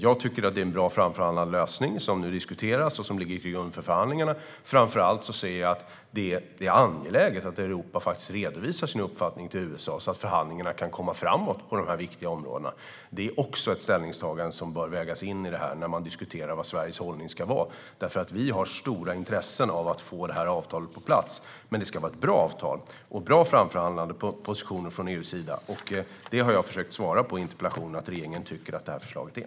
Jag tycker att det är en bra framförhandlad lösning som nu diskuteras och som ligger till grund för förhandlingarna. Framför allt är det angeläget att Europa redovisar sin uppfattning för USA så att förhandlingarna kan komma framåt på dessa viktiga områden. Det är också ett ställningstagande som bör vägas in när man diskuterar vad Sveriges hållning ska vara. Vi har ett stort intresse av att få avtalet på plats, men det ska vara ett bra avtal och bra framförhandlade positioner från EU:s sida. Det har jag i interpellationssvaret försökt säga att regeringen tycker att förslaget är.